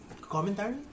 Commentary